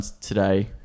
today